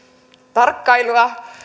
tarkkailua